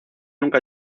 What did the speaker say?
nunca